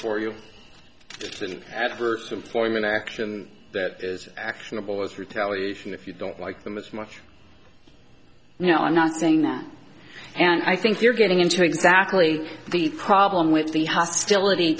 for you it's an adverse employment action that is actionable as retaliation if you don't like them as much you know i'm not saying that and i think you're getting into exactly the problem with the hostility